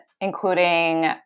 including